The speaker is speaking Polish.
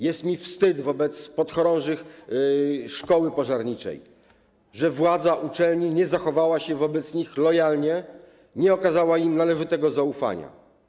Jest mi wstyd wobec podchorążych szkoły pożarniczej, że władza uczelni nie zachowała się wobec nich lojalnie, nie okazała im należytego zaufania.